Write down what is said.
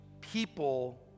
people